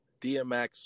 DMX